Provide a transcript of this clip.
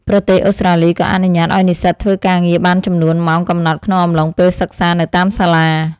ប្រទេសអូស្ត្រាលីក៏អនុញ្ញាតឱ្យនិស្សិតធ្វើការងារបានចំនួនម៉ោងកំណត់ក្នុងអំឡុងពេលសិក្សានៅតាមសាលា។